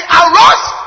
arose